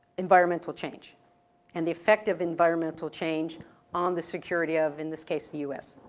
environmental change and the effective environmental change on the security of, in this case, the us.